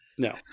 No